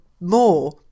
more